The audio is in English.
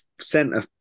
center